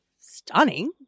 stunning